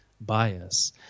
bias